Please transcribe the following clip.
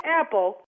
apple